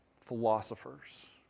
philosophers